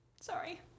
sorry